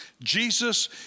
Jesus